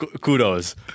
Kudos